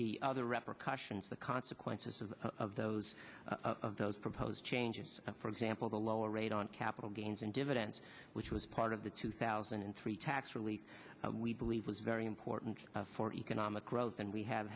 the other representations the consequences of of those of those proposed changes for example the lower rate on capital gains and dividends which was part of the two thousand and three tax relief we believe was very important for economic growth and we have